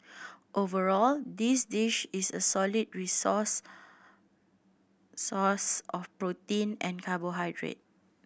overall this dish is a solid resource source of protein and carbohydrate